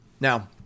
Now